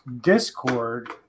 discord